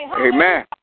Amen